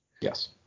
Yes